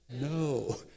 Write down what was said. No